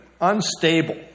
unstable